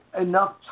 enough